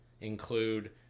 include